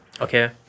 Okay